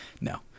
No